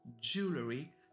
jewelry